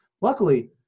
Luckily